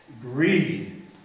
greed